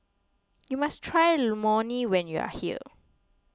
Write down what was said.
you must try Lmoni when you are here